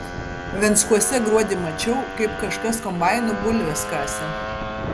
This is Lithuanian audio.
venckuose gruodį mačiau kaip kažkas kombainu bulves kasė